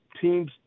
teams